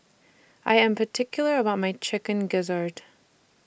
I Am particular about My Chicken Gizzard